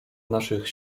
naszych